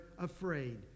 afraid